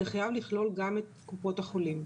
זה חייב לכלול גם את קופות החולים.